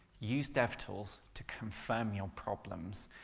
use devtools to confirm your problems.